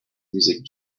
music